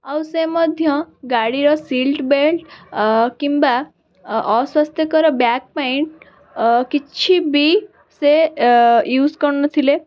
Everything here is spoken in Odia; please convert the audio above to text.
ଆଉ ସେ ମଧ୍ୟ ଗାଡ଼ିର ସିଟ୍ ବେଲ୍ଟ୍ କିମ୍ବା ଅସ୍ଵାସ୍ଥ୍ୟକର ବ୍ୟାଗ୍ ପ୍ୟାଣ୍ଟ୍ କିଛି ବି ସେ ୟୁଜ୍ କରୁନଥିଲେ